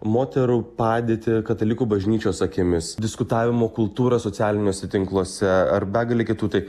moterų padėtį katalikų bažnyčios akimis diskutavimo kultūra socialiniuose tinkluose ar begalė kitų tai